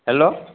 hello